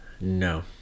No